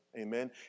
Amen